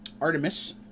Artemis